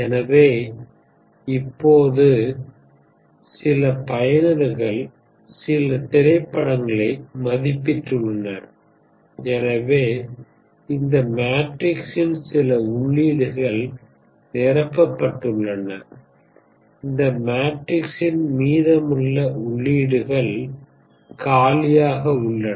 எனவே இப்போது சில பயனர்கள் சில திரைப்படங்களை மதிப்பிட்டுள்ளனர் எனவே இந்த மேட்ரிக்ஸின் சில உள்ளீடுகள் நிரப்பப்பட்டுள்ளன இந்த மேட்ரிக்ஸின் மீதமுள்ள உள்ளீடுகள் காலியாக உள்ளன